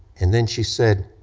and then she said,